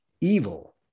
evil